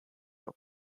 have